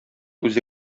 үзе